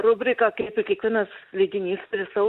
rubriką kaip ir kiekvienas leidinys turi savo